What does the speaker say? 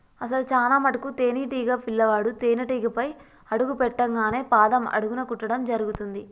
అసలు చానా మటుకు తేనీటీగ పిల్లవాడు తేనేటీగపై అడుగు పెట్టింగానే పాదం అడుగున కుట్టడం జరుగుతుంది